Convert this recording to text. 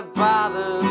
bother